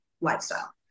lifestyle